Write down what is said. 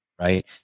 right